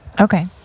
Okay